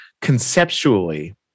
conceptually